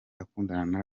akundana